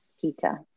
pizza